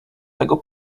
tego